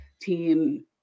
team